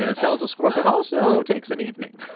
ah settles the score, but also takes an evening.